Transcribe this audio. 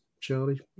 Charlie